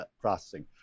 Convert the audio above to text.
processing